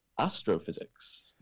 astrophysics